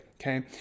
okay